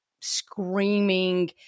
screaming